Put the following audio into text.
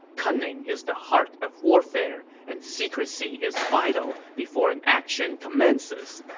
cunning is the heart of warfare, and secrecy is vital before an action commences.